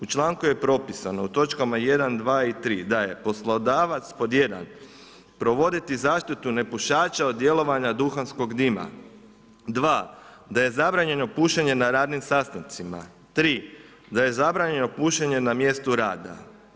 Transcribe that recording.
U članku je propisano u točkama 1., 2. i 3. „da je poslodavac 1. provoditi zaštitu nepušača od djelovanja duhanskog dima, 2. da je zabranjeno pušenje na radnim sastancima, 3. da je zabranjeno pušenje na mjestu rada“